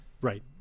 Right